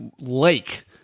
lake